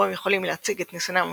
בו הם יכולים להציג את ניסיונם המקצועי,